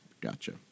Gotcha